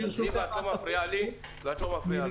זיוה, את לא מפריעה לי ולא מפריעה לו.